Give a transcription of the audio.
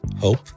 Hope